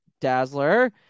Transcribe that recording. dazzler